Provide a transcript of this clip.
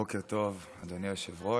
בוקר טוב אדוני היושב-ראש,